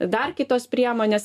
dar kitos priemonės